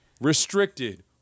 restricted